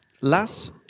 las